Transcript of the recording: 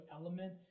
element